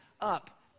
up